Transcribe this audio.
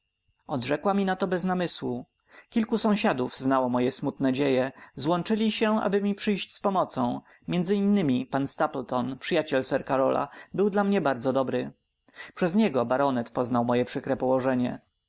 mi na to bez namysłu kilku sąsiadów znało moje smutne dzieje złączyli się aby mi przyjść z pomocą między innymi pan stapleton przyjaciel sir karola był dla mnie bardzo dobry przez niego baronet poznał moje przykre położenie